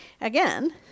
again